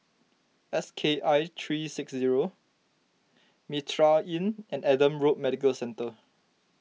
S K I three six zero Mitraa Inn and Adam Road Medical Centre